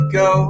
go